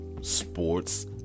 sports